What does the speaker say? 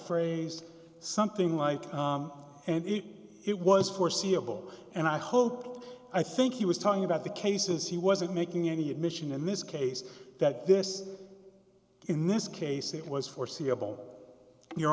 phrase something like it was foreseeable and i hoped i think he was talking about the cases he wasn't making any admission in this case that this in this case it was foreseeable your